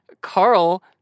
Carl